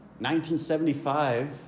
1975